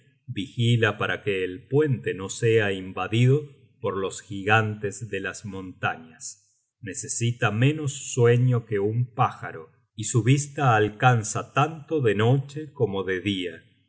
vigila para que el puente no sea invadido por los gigantes de las montañas necesita menos sueño que un pájaro y su vista alcanza tanto de noche como de dia